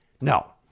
No